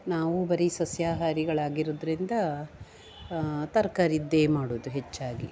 ನಾವು ಬರಿ ಸಸ್ಯಾಹಾರಿಗಳಾಗಿರುದರಿಂದ ತರಕಾರಿದ್ದೆ ಮಾಡುವುದು ಹೆಚ್ಚಾಗಿ